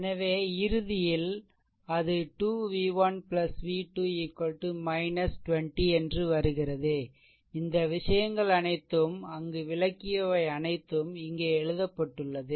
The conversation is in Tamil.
எனவே இறுதியில் அது 2 v1 v2 20 என்று வருகிறது இந்த விஷயங்கள் அனைத்தும் அங்கு விளக்கியவை அனைத்தும் இங்கே எழுதப்பட்டுள்ளன